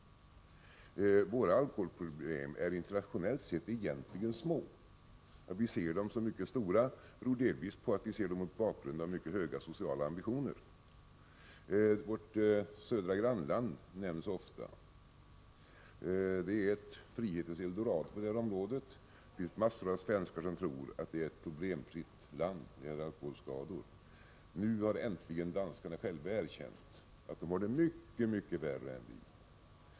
Internationellt sett är våra alkoholproblem egentligen små. Att vi betraktar dem som mycket stora beror delvis på att vi ser dem mot bakgrund av mycket höga sociala ambitioner. Vårt södra grannland nämns ofta. Det är ett frihetens eldorado på det här området. Mängder av svenskar tror att det är ett problemfritt land när det gäller alkoholskador. Nu har äntligen danskarna själva erkänt att de har det mycket, mycket värre än vi.